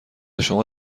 شما